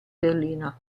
berlino